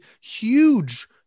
huge